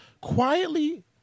quietly